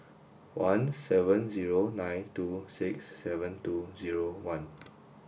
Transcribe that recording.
one seven zero nine two six seven two zero one